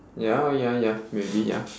ya ya ya maybe ya